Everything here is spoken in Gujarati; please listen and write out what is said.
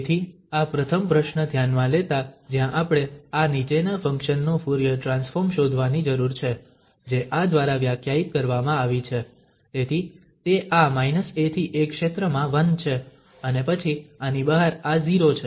તેથી આ પ્રથમ પ્રશ્ન ધ્યાનમાં લેતા જ્યાં આપણે આ નીચેના ફંક્શન નું ફુરીયર ટ્રાન્સફોર્મ શોધવાની જરૂર છે જે આ દ્વારા વ્યાખ્યાયિત કરવામાં આવી છે તેથી તે આ −a થી a ક્ષેત્રમાં 1 છે અને પછી આની બહાર આ 0 છે